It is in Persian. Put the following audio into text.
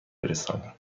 برسانیم